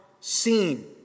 seen